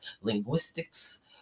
linguistics